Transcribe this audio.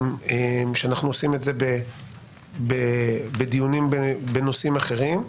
שאנחנו עושים את זה בדיונים בנושאים אחרים,